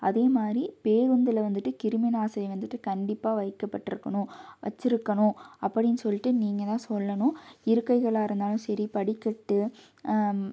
அதே மாதிரி பேருந்தில் வந்துட்டு கிருமிநாசினி வந்துட்டு கண்டிப்பாக வைக்கப்பட்டு இருக்கணும் வச்சிருக்கணும் அப்படினு சொல்லிட்டு நீங்கள் தான் சொல்லணும் இருக்கைகளாக இருந்தாலும் சரி படிக்கட்டு